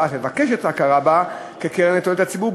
ואף לבקש לבטל את ההכרה בה כקרן לתועלת הציבור,